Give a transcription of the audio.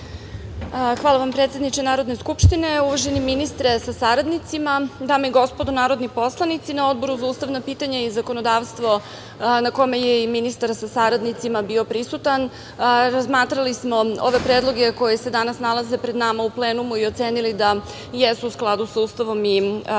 Hvala predsedničke Narodne skupštine, uvaženi ministre sa saradnicima, dame i gospodo narodni poslanici, na Odboru za ustavna pitanja i zakonodavstvo, na kome je i ministar sa saradnicima bio prisutan razmatrali smo ove predloge koji se danas nalaze pred nama u plenumu i ocenili da jesu u skladu sa Ustavom i pravnim